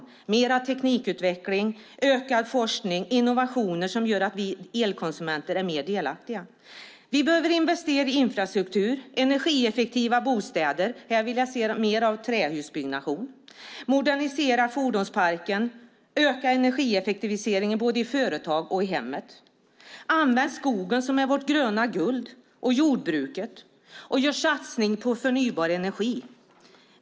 Den innebär mer av teknikutveckling, ökad forskning och innovationer som gör att vi elkonsumenter är mer delaktiga. Vi behöver investera i infrastruktur och energieffektiva bostäder. Här vill jag se mer av trähusbyggnation. Vi behöver modernisera fordonsparken och öka energieffektiviseringen både i företagen och i hemmen. Vi behöver använda skogen, som är vårt gröna guld, och jordbruket. Vi behöver göra satsningar på förnybar energi.